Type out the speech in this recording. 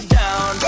down